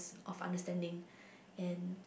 of understanding and